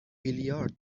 بیلیارد